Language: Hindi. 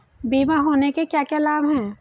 बीमा होने के क्या क्या लाभ हैं?